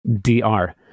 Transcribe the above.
dr